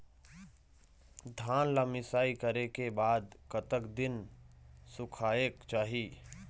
धान ला मिसाई करे के बाद कतक दिन सुखायेक चाही?